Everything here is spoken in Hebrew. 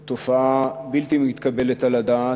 זו תופעה בלתי מתקבלת על הדעת,